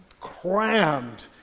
crammed